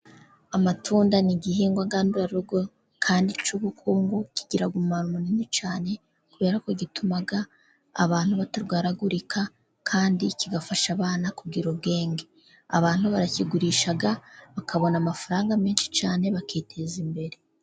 Amatunda ni igihingwa ngandurarugo, kandi cy'ubukungu, kigira umumaro munini cyane, kubera ko gituma abantu batarwaragurika, kandi kigafasha abana kugira ubwenge. Abantu barakigurisha, bakabona amafaranga menshi cyane bakiteza imbere.